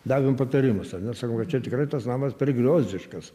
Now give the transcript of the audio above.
davėm patarimus ar ne sakom kad čia tikrai tas namas per griozdiškas